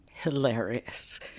hilarious